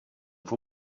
for